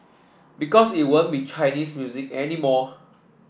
because it won't be Chinese music anymore